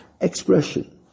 expression